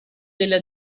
della